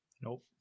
Nope